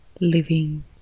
living